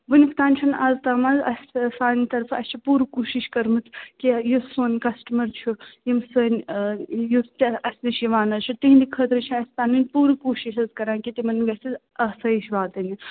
وُنیُکتام چھُ نہٕ اَز تامتھ اَسہِ سانہ طرفہٕ اَسہِ چھِ پوٗرٕ کوٗشِش کٔرمٕژ کہِ یُس سون کَسٹٕمَر چھُ یِم سٲنۍ یِم تہِ اَسہِ نِش یِوان حظ چھِ تِہٕنٛدِ خٲطرٕ چھِ اَسہِ پَنٕنۍ پوٗرٕ کوٗشِش حظ کَران کہِ تِمَن گَژھِ آسٲیِش واتٕنۍ